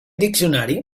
diccionari